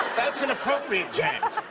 that's and appropriate, james.